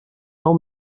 nou